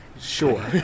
Sure